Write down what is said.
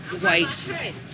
white